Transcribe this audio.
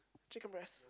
chicken breast